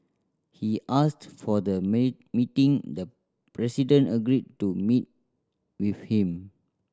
he asked for the meeting the president agreed to meet with him